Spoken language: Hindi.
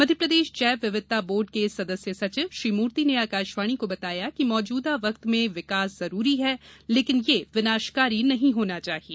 मध्यप्रदेश जैव विविधता बोर्ड के सदस्य सचिव श्री मूर्ती ने आकाशवाणी को बताया कि मौजूदा वक्त में विकास जरूरी है लेकिन ये विनाशकारी नहीं होना चाहिए